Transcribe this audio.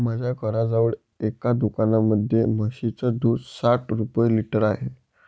माझ्या घराजवळ एका दुकानामध्ये म्हशीचं दूध साठ रुपये लिटर आहे